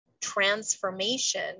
transformation